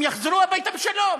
הם יחזרו הביתה בשלום,